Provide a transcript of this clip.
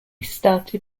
started